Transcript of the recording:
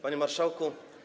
Panie Marszałku!